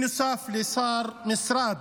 נוסף לשר משרד